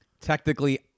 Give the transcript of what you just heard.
Technically